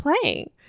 playing